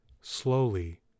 Slowly